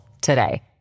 today